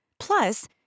Plus